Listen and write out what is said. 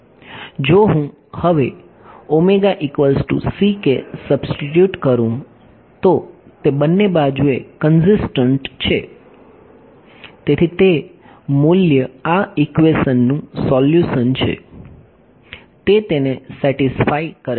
જો હું હવે સબ્સ્ટિટ્યુટ કરું તો તે બંને બાજુએ કંઝિસ્ટંટ છે તેથી તે મૂલ્ય આ ઈક્વેશનનું સોલ્યુશન છે તે તેને સેટિસ્ફાય કરે છે